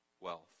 wealth